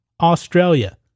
Australia